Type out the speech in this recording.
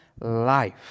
life